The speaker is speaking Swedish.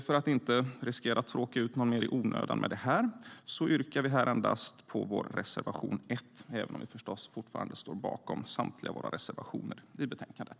För att inte riskera att tråka ut någon i onödan yrkar vi bifall endast till vår reservation 1, även om vi förstås fortfarande står bakom samtliga våra reservationer i betänkandet.